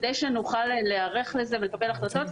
כדי שנוכל להיערך לזה ולקבל החלטות.